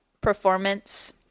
performance